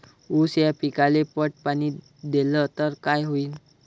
ऊस या पिकाले पट पाणी देल्ल तर काय होईन?